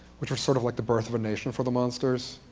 which was sort of like the birth of a nation for the monsters,